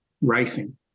racing